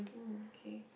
mm okay